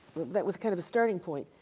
that was kind of a starting point.